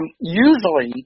usually